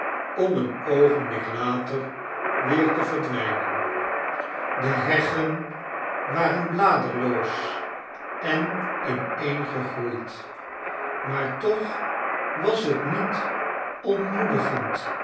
om een oogenblik later weer te verdwijnen de heggen waren bladerloos en ineengegroeid maar toch was het niet ontmoedigend